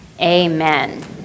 amen